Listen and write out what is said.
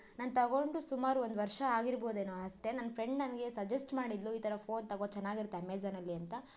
ನಾನು ತಗೊಂಡು ಸುಮಾರು ಒಂದು ವರ್ಷ ಆಗಿರ್ಬೋದೇನೊ ಅಷ್ಟೆ ನನ್ನ ಫ್ರೆಂಡ್ ನನಗೆ ಸಜೆಸ್ಟ್ ಮಾಡಿದ್ಲು ಈ ಥರ ಫೋನ್ ತಗೋ ಚೆನ್ನಾಗಿರುತ್ತೆ ಅಮೆಝಾನಲ್ಲಿ ಅಂತ